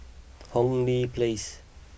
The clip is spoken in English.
Hong Lee Place